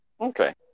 okay